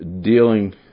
dealing